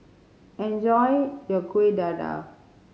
enjoy your Kuih Dadar